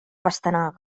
pastanaga